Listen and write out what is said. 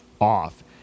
off